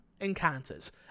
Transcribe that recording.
encounters